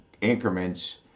increments